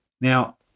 Now